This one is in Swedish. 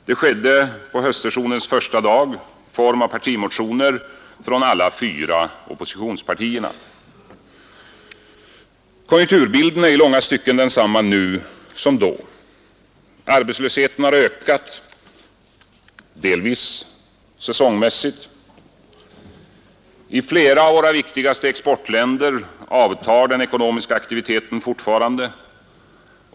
Det skedde på höstsessionens första dag i form av partimotioner från alla fyra oppositionspartierna. Konjunkturbilden är i långa stycken densamma nu som då. Arbetslösheten har ökat, delvis säsongmässigt. I flera av våra viktigaste exportländer avtar den ekonomiska aktiviteten fortfarande.